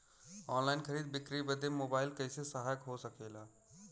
Online खरीद बिक्री बदे मोबाइल कइसे सहायक हो सकेला?